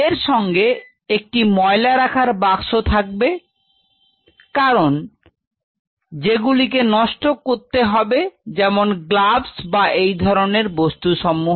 এর সঙ্গে একটি ময়লা রাখার বাক্স থাকবে কারণ যেগুলিকে নষ্ট করতে হবে যেমন গ্লাভস বাএই ধরনের বস্তু সমূহ